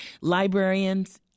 Librarians